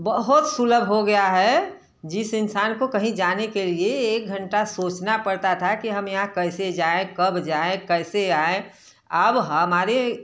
बहुत सुलभ हो गया है जिस इंसान को कहीं जाने के लिए एक घंटा सोचना पड़ता था कि हम यहाँ कैसे जाए कब जाए कैसे आएँ अब हमारे